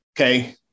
Okay